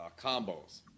combos